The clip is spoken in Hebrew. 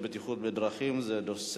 אז בעניין הזה אני לא רואה דרך להתנגד למי שבא,